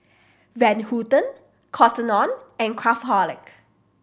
Van Houten Cotton On and Craftholic